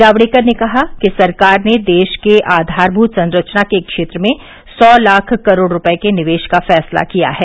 जावड़ेकर ने कहा कि सरकार ने देश के आधारमूत संरचना के क्षेत्र में सौ लाख करोड़ रूपये के निवेश का फैसला किया है